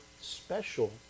special